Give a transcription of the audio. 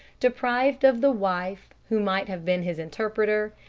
deprived of the wife who might have been his interpreter,